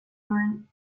horn